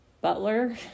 butler